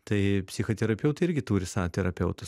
tai psichoterapeutai irgi turi savo terapeutus